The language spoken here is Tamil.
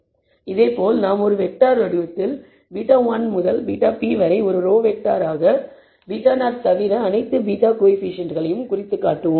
எனவே இதேபோல் நாம் ஒரு வெக்டார் வடிவத்தில் β1 முதல் βp வரை ஒரு ரோ வெக்டார் ஆக β0 தவிர அனைத்து β கோஎஃபீஷியேன்ட்களையும் குறித்து காட்டுவோம்